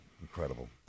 incredible